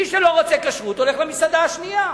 מי שלא רוצה כשרות הולך למסעדה השנייה.